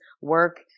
work